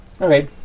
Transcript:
Okay